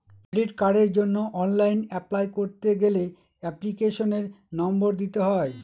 credit কার্ডের জন্য online apply করতে গেলে এপ্লিকেশনের নম্বর দিতে হয়